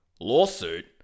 lawsuit